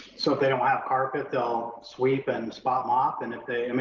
so if they don't have carpet they'll sweep and spot mop, and if they, i mean,